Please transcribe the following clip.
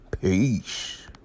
Peace